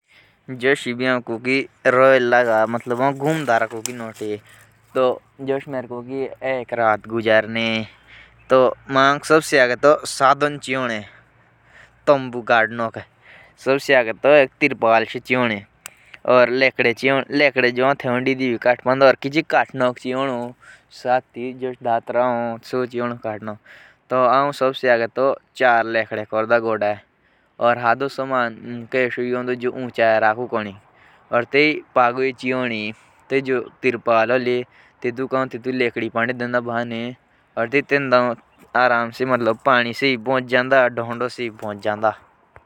रहनौ के इक नेडेरे जगह तैय्यार कर्नोक मोह बेर इक तिरपाल चाहिए। औऱ कटणौच इक हथियार चाहिए जे तुलिया आउ तम्बू गोडणोक देंगे कटला। बस्स तेतुई लिया इक नेडरो घर बन सको।